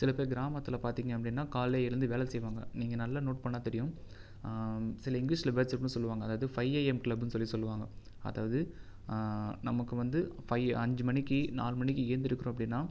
சில பேர் கிராமத்தில் பார்த்திங்க அப்படின்னா காலைல எழுந்து வேலை செய்வாங்க நீங்கள் நல்லா நோட் பண்ணால் தெரியும் சில இங்கிலிஷில் வர்ட்ஸ் இருக்குன்னு சொல்லுவாங்க அதாவது ஃபைவ் ஏ எம் கிளப்புன்னு சொல்லி சொல்லுவாங்க அதாவது நமக்கு வந்து ஃபைவ் அஞ்சு மணிக்கு நாலு மணிக்கு எழுந்திரிக்கிரோம் அப்படின்னா